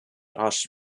rasch